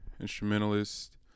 instrumentalist